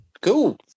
cool